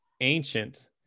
ancient